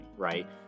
right